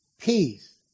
peace